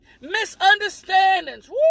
Misunderstandings